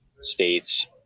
states